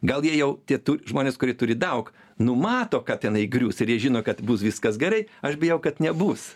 gal jie jau tie tu žmonės kurie turi daug numato kad tenai grius ir jie žino kad bus viskas gerai aš bijau kad nebus